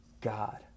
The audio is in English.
God